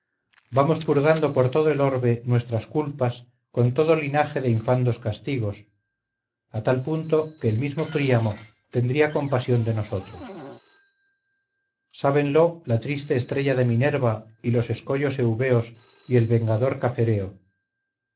vamos purgando por todo el orbe nuestras culpas con todo linaje de infandos castigos a tal punto que el mismo príamo tendría compasión de nosotros sábenlo la triste estrella de minerva y los escollo eubeos y el vengador